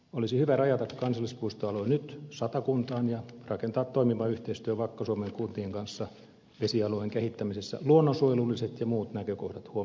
olisi hyvä rajata kansallispuistoalue nyt satakuntaan ja rakentaa toimiva yhteistyö vakka suomen kuntien kanssa vesialueen kehittämisessä luonnonsuojelulliset ja muut näkökohdat huomioon ottaen